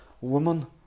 woman